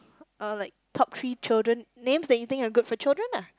uh like top three children names that you think are good for children lah